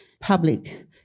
public